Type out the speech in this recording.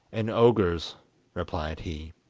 an ogre's replied he.